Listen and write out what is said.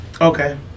Okay